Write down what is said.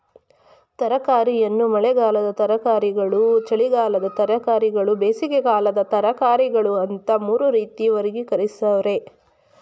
ತರಕಾರಿಯನ್ನು ಮಳೆಗಾಲದ ತರಕಾರಿಗಳು ಚಳಿಗಾಲದ ತರಕಾರಿಗಳು ಬೇಸಿಗೆಕಾಲದ ತರಕಾರಿಗಳು ಅಂತ ಮೂರು ರೀತಿ ವರ್ಗೀಕರಿಸವ್ರೆ